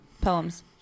poems